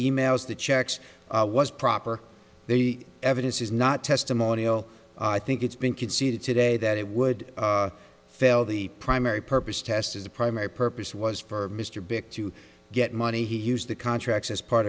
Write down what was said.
e mails the checks was proper the evidence is not testimonial i think it's been conceded today that it would fail the primary purpose test as the primary purpose was for mr beck to get money he used the contracts as part